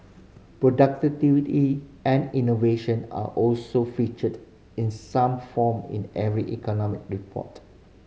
productivity and innovation are also featured in some form in every economic report